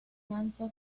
manso